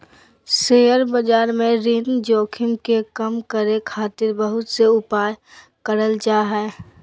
share बाजार में ऋण जोखिम के कम करे खातिर बहुत से उपाय करल जा हय